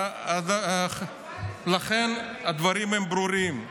לכן הדברים ברורים.